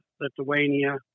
Lithuania